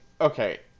Okay